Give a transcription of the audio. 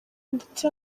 ndetse